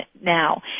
now